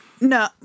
no